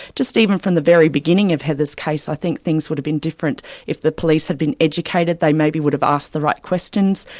just even from the very beginning of heather's case, i think things would have been different if the police had been educated, they maybe would have asked the right questions,